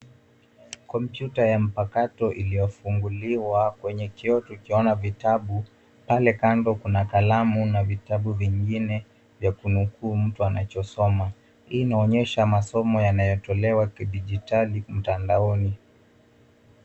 Kompyuta ya mpakato iliyofunguliwa kwenye kioto tukiona vitabu, pale kando kuna kalamu na vitabu vingine vya kunukuu mtu anachosoma. Hii inaonyesha masomo yanayotolewa kidijitali mtandaoni.